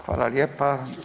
Hvala lijepa.